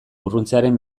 urruntzearen